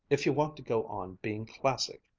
if you want to go on being classic.